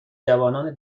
جوانان